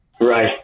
Right